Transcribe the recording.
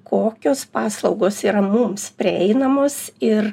kokios paslaugos yra mums prieinamos ir